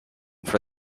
for